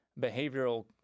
behavioral